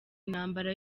intambara